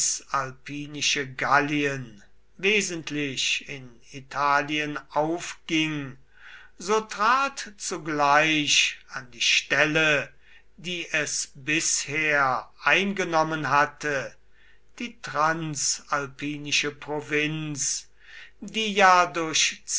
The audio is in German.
cisalpinische gallien wesentlich in italien aufging so trat zugleich an die stelle die es bisher eingenommen hatte die transalpinische provinz die ja durch